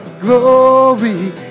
glory